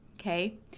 okay